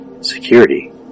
security